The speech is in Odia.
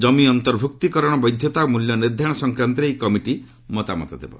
ଜମି ଅନ୍ତର୍ଭୁକ୍ତି କରଣର ବୈଧତା ଓ ମ୍ବଲ୍ୟ ନିର୍ଦ୍ଧାରଣ ସଂକ୍ରାନ୍ତରେ ଏହି କମିଟି ମତାମତ ଦେବେ